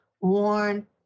worn